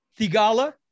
Tigala